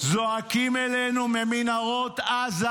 זועקים אלינו ממנהרות עזה,